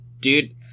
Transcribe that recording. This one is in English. Dude